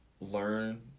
learn